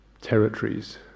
territories